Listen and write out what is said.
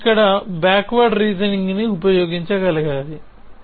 మనము ఇక్కడ backward reasoning ని ఉపయోగించగలగాలి